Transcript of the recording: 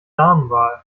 damenwahl